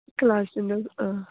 क्लासीनूच आं